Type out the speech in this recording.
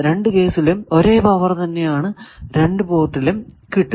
രണ്ടു കേസിലും ഒരേ പവർ തന്നെ ആണ് രണ്ടു പോർട്ടിലും കിട്ടുക